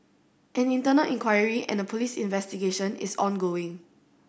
an internal inquiry and a police investigation is ongoing